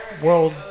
World